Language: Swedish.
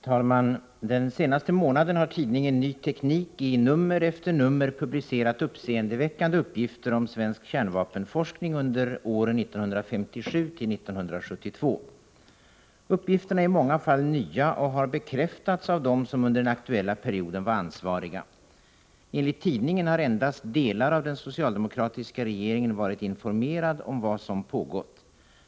Herr talman! Den senaste månaden har tidningen Ny Teknik i nummer efter nummer publicerat uppseendeväckande uppgifter om svensk kärnvapenforskning under åren 1957-1972. Uppgifterna är i många fall nya och har bekräftats av dem som under den aktuella perioden var ansvariga. Enligt tidningen har endast delar av den socialdemokratiska regeringen varit informerade om vad som har pågått.